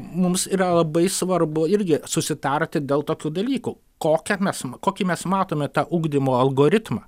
mums yra labai svarbu irgi susitarti dėl tokių dalykų kokią mes kokį mes matome tą ugdymo algoritmą